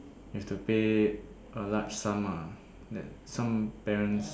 you have to pay a large sum ah like some bills